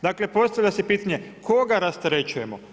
Dakle, postavlja se pitanje koga rasterećujemo?